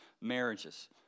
marriages